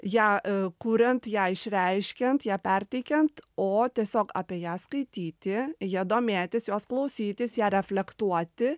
ją kuriant ją išreiškiant ją perteikiant o tiesiog apie ją skaityti ja domėtis jos klausytis ją reflektuoti